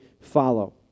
follow